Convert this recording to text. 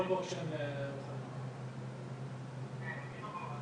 ומבקשים ממשרד הבריאות